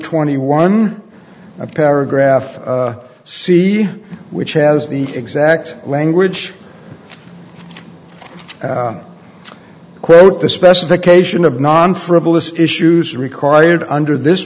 twenty one of paragraph c which has the exact language quote the specification of non frivolous issues required under this